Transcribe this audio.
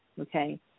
okay